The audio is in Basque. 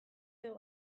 edo